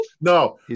no